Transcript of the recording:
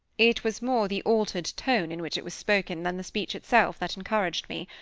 it was more the altered tone in which it was spoken, than the speech itself, that encouraged me.